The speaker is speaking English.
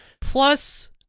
Plus